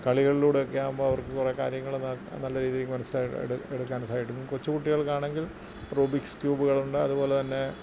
കളികളിലൂടെയൊക്കെ ആകുമ്പോള് അവർക്ക് കുറേ കാര്യങ്ങള് ന നല്ല രീതിയില് മനസ്സിലാക്കി എട് എടുക്കാൻ സാധിക്കും കൊച്ചു കുട്ടികൾക്കാണെങ്കിൽ റുബിക്സ് ക്യൂബുകളുണ്ട് അതുപോലെ തന്നെ